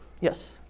Yes